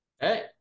Hey